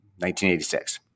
1986